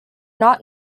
not